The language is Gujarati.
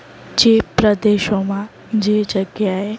જે પ્રદેશોમાં જે જગ્યાએ